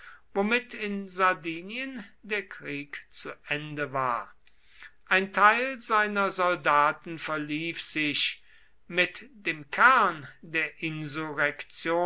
womit in sardinien der krieg zu ende war ein teil seiner soldaten verlief sich mit dem kern der